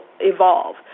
evolve